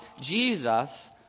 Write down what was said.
Jesus